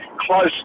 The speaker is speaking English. close